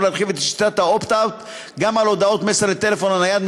להרחיב את שיטת ה- opt-outגם על הודעות מסר לטלפון הנייד,